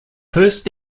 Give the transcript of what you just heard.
first